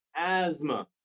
asthma